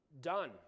done